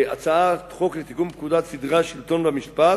הצעת חוק לתיקון פקודת סדרי השלטון והמשפט